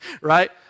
right